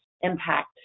impact